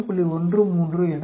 13 என வரும்